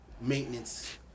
maintenance